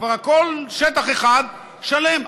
כבר הכול שטח אחד שלם.